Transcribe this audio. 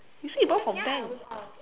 you say you borrow from bank